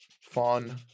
Fun